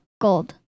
gold